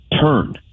turn